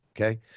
Okay